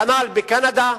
כנ"ל בקנדה,